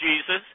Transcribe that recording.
Jesus